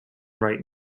right